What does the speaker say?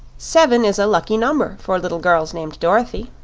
seven is a lucky number for little girls named dorothy.